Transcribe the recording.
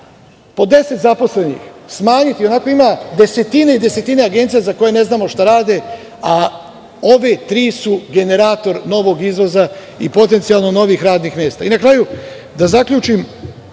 Po 10 zaposlenih, smanjiti, i onako ima desetine agencija za koje ne znamo šta rade, a ove tri su generator novog izvoza i potencijalno novih radnih mesta. Na kraju, da zaključim,